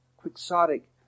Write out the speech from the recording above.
Quixotic